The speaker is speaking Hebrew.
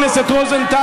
חבר הכנסת רוזנטל.